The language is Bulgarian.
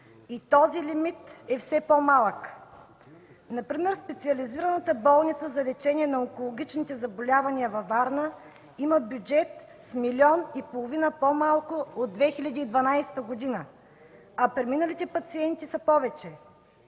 и той е все по-малък. Например Специализираната болница за лечение на онкологичните заболявания във Варна има бюджет с 1,5 млн. лв. по-малко от 2012 г., а преминалите пациенти са повече.